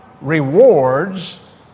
rewards